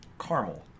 caramel